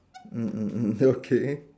mm mm mm okay